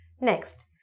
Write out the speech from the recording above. Next